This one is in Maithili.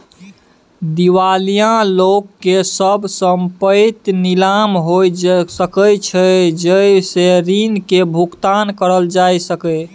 दिवालिया लोक के सब संपइत नीलाम हो सकइ छइ जइ से ऋण के भुगतान करल जा सकइ